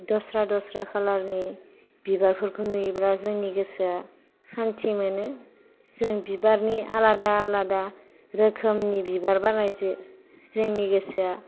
दस्रा दस्रा खालारनि बिबार फोरखौ नुयोब्ला जोंनि गोसोया शान्थि मोनो जों बिबारनि आलादा आलादा रोखोमनि बिबार बारनायजो जोंनि गोसोया